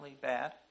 bad